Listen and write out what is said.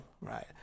right